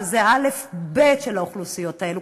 שזה א' ב' של האוכלוסיות האלו,